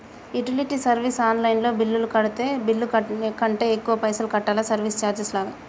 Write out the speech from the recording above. Utility service online లో bill కడితే bill కంటే ఎక్కువ పైసల్ కట్టాలా సర్వీస్ చార్జెస్ లాగా?